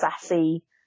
sassy